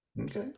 Okay